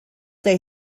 they